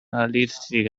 lipstick